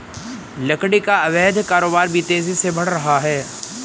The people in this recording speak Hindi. लकड़ी का अवैध कारोबार भी तेजी से बढ़ रहा है